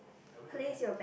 place your bag